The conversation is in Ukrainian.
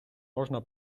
можна